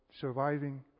surviving